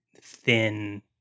thin